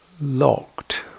locked